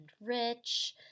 rich